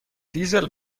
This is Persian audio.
دیزل